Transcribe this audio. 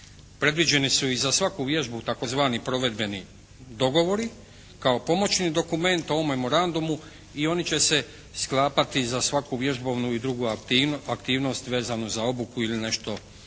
Predviđeni su i za svaku vježbu tzv. provedbeni dogovori kao pomoćni dokument ovom memorandumu i oni će se sklapati za svaku vježbovnu i drugu aktivnost vezanu za obuku ili nešto slično